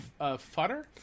Futter